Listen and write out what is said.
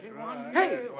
Hey